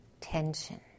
Tension